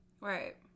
right